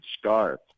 scarf